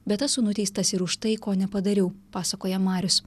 bet esu nuteistas ir už tai ko nepadariau pasakoja marius